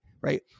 right